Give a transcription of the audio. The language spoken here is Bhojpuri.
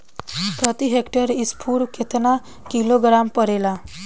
प्रति हेक्टेयर स्फूर केतना किलोग्राम परेला?